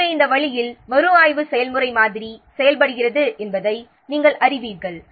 எனவே இந்த வழியில் மறுஆய்வு செயல்முறை மாதிரி செயல்படுகிறது என்பதை நாம் அறிவீர்கள்